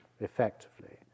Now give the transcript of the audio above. effectively